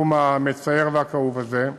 בתחום המצער והכאוב הזה: